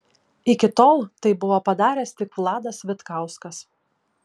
iki tol tai buvo padaręs tik vladas vitkauskas